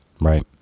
right